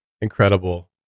Incredible